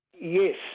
Yes